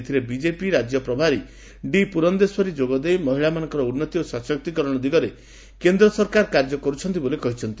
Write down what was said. ଏଥିରେ ବିଜେପି ରାକ୍ୟ ପ୍ରଭାରୀ ଡି ପୁରନ୍ଦେଶ୍ୱରୀ ଯୋଗଦେଇ ମହିଳାମାନଙ୍କ ଉନ୍ତି ଓ ସଶକ୍ତିକରଣ ଦିଗରେ କେନ୍ଦ୍ର ସରକାର କାର୍ଯ୍ୟ କର୍ବଛନ୍ତି ବୋଲି କହିଛନ୍ତି